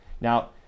now